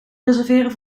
reserveren